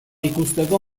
ikusteko